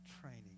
training